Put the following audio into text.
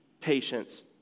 patience